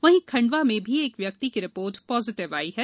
वहीं खंडवा में भी एक व्यक्ति की रिपोर्ट पॉजिटिव आई है